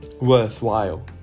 worthwhile